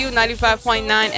95.9